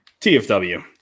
TFW